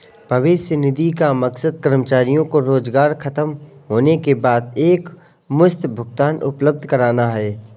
भविष्य निधि का मकसद कर्मचारियों को रोजगार ख़तम होने के बाद एकमुश्त भुगतान उपलब्ध कराना है